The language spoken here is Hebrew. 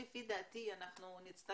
לפי דעתי נצטרך,